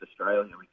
Australia